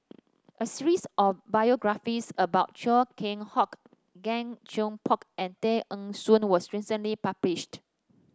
a series of biographies about Chia Keng Hock Gan Thiam Poke and Tay Eng Soon was recently published